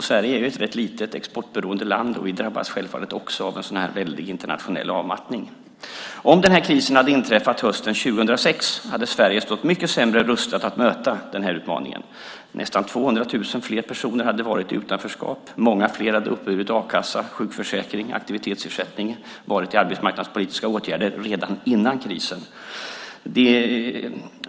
Sverige är ett rätt litet, exportberoende land, och vi drabbas självfallet också av en sådan här väldig internationell avmattning. Om den här krisen hade inträffat hösten 2006 hade Sverige stått mycket sämre rustat att möta denna utmaning. Nästan 200 000 fler personer hade varit i utanförskap, och många fler hade uppburit a-kassa, sjukförsäkring eller aktivitetsersättning och varit i arbetsmarknadspolitiska åtgärder redan före krisen.